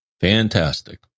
fantastic